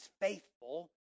faithful